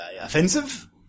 offensive